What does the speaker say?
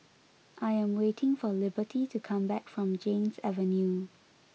I am waiting for Liberty to come back from Ganges Avenue